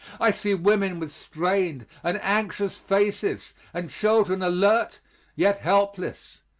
i see women with strained and anxious faces, and children alert yet helpless.